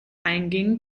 einging